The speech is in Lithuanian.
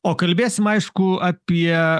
o kalbėsim aišku apie